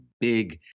big